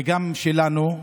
וגם שלנו,